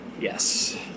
yes